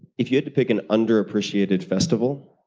if you had to pick an under-appreciated festival,